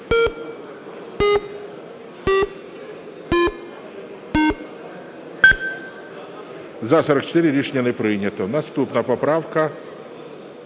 За-44 Рішення не прийнято. Наступна поправка